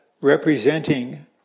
representing